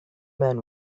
man